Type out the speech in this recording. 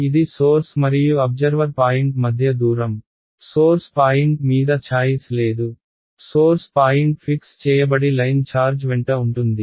ఇది సోర్స్ మరియు observer point మధ్య దూరం సోర్స్ పాయింట్ మీద ఛాయిస్ లేదు సోర్స్ పాయింట్ ఫిక్స్ చేయబడి లైన్ ఛార్జ్ వెంట ఉంటుంది